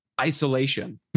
isolation